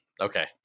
Okay